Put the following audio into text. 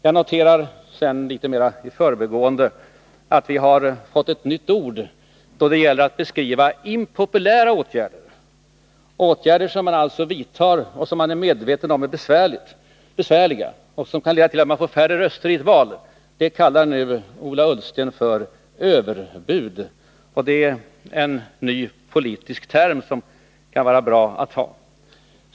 Jag noterar sedan litet mer i förbigående att vi har fått ett nytt ord då det gäller att beskriva impopulära åtgärder — åtgärder som man vidtar trots att man är medveten om att de kan vara besvärliga för människorna och leda till att man får färre röster i ett val. Detta kallar Ola Ullsten ”överbud”, ett begrepp som därmed fått en helt ny politisk innebörd.